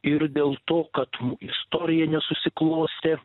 ir dėl to kad mu istorija nesusiklostė